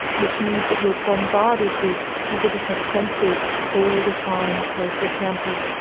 which means that you are bombarded with all the different senses all the time. so, for example,